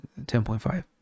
10.5